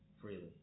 freely